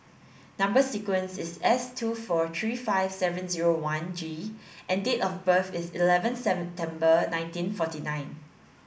number sequence is S two four three five seven zero one G and date of birth is eleven seven nineteen forty nine